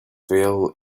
fell